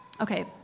Okay